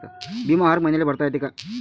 बिमा हर मईन्याले भरता येते का?